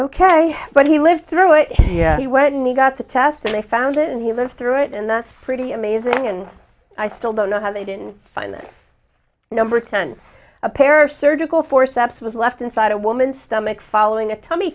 ok but he lived through it yeah when we got the test and i found it and he lived through it and that's pretty amazing and i still don't know how they didn't find that number ten a pair of surgical forceps was left inside a woman stomach following a tummy